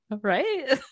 right